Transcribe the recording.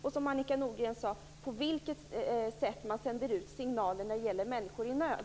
Och, som Annika Nordgren sade, på vilket sätt sänder man ut signaler när det gäller människor i nöd?